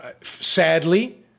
sadly